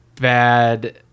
bad